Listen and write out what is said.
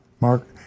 Mark